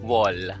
Wall